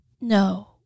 No